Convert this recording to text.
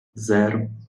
zero